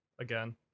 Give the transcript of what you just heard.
again